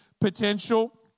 potential